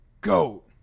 Go